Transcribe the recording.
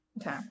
Okay